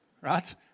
right